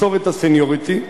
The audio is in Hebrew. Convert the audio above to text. מסורת הסניוריטי,